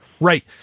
Right